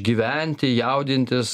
gyventi jaudintis